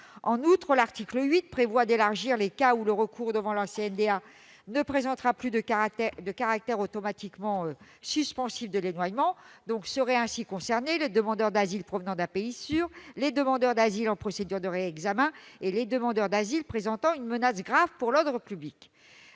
En outre, l'article 8 prévoit d'élargir les cas où le recours devant la CNDA ne présentera plus de caractère automatiquement suspensif de l'éloignement. Seront ainsi concernés les demandeurs d'asile provenant d'un pays sûr, les demandeurs d'asile en procédure de réexamen et les demandeurs d'asile présentant une menace grave pour l'ordre public.